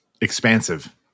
Expansive